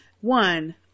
One